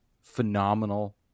phenomenal